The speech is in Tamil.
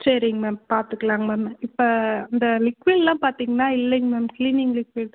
சரிங்க மேம் பார்த்துக்கலாங்க மேம் இப்போ இந்த லிக்விடெலாம் பார்த்தீங்கன்னா இல்லைங்க மேம் கிளீனிங் லிக்விட்